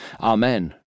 Amen